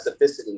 specificity